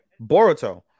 Boruto